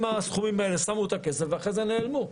הסכומים האלה שמו את הכסף ואחרי זה נעלמו,